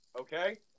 Okay